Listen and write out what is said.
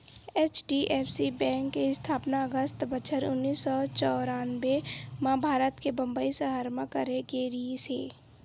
HDFC bank के इस्थापना अगस्त बछर उन्नीस सौ चौरनबें म भारत के बंबई सहर म करे गे रिहिस हे